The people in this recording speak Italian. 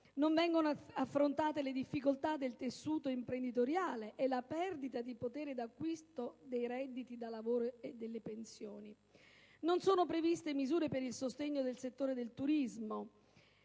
disoccupazione, le difficoltà del tessuto imprenditoriale e la perdita di potere d'acquisto dei redditi da lavoro e pensione. Non sono previste misure per il sostegno del settore del turismo,